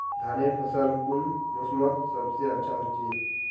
धानेर फसल कुन मोसमोत सबसे अच्छा होचे?